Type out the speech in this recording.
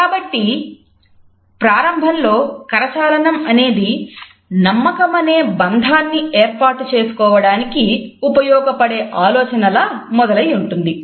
కాబట్టి ప్రారంభంలో కరచాలనం అనేది నమ్మకమనే బంధాన్ని ఏర్పాటు చేసుకోవడానికి ఉపయోగపడే ఆలోచనలా మొదలయ్యి ఉంటుంది